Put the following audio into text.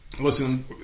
listen